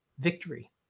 victory